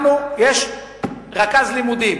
יש רכז לימודים: